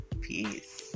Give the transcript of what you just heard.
Peace